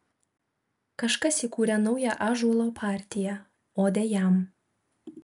kažkas įkūrė naują ąžuolo partiją odę jam